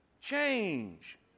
change